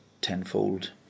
tenfold